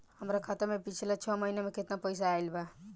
हमरा खाता मे पिछला छह महीना मे केतना पैसा आईल बा?